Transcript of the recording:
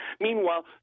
Meanwhile